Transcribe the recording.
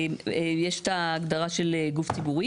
יש את ההגדרה של גוף ציבורי,